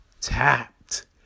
tapped